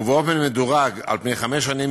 ובאופן מדורג על-פני חמש שנים,